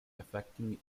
affecting